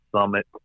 Summit